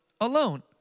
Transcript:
alone